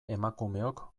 emakumeok